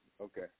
Okay